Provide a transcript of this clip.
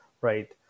right